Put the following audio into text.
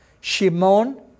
Shimon